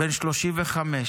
בן 22 מחולון,